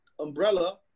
umbrella